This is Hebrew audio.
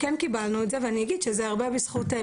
זה אחריות של